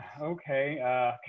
okay